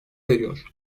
veriyor